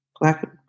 Black